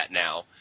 now